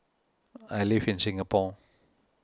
I live in Singapore